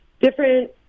different